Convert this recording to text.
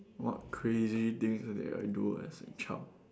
what crazy things did I do as a child